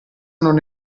non